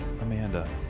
amanda